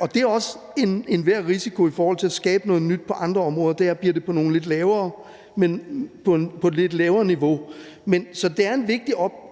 og enhver risiko i forhold til at skabe noget nyt på andre områder er, om det bliver på et lidt lavere niveau. Så det er en vigtig opgave,